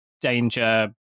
danger